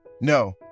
No